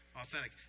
Authentic